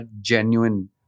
genuine